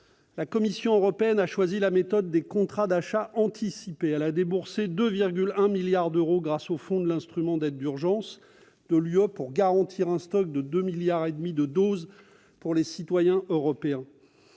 La Commission européenne a choisi la méthode des contrats d'achats anticipés. Elle a déboursé 2,1 milliards d'euros, grâce aux fonds de l'instrument d'aide d'urgence de l'Union européenne, pour garantir un stock de 2,5 milliards de doses destiné aux citoyens européens.